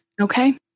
Okay